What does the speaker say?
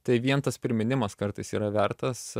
tai vien tas priminimas kartais yra vertas